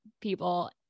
people